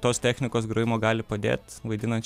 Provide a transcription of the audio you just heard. tos technikos grojimo gali padėt vaidinant